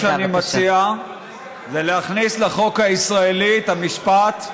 כל מה שאני מציע זה להכניס לחוק הישראלי את המשפט: